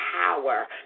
power